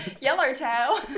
Yellowtail